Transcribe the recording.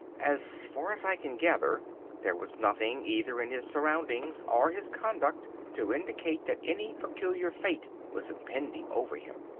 as far as i can gather there was nothing either in his surroundings or his conduct to indicate that any peculiar fate was impending over him.